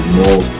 more